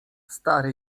stary